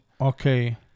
Okay